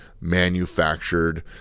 Manufactured